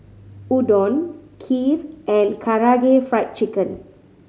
Udon Kheer and Karaage Fried Chicken